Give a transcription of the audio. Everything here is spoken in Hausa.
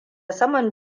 saman